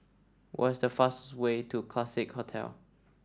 what is the fastest way to Classique Hotel